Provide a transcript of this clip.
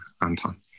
Anton